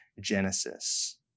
Genesis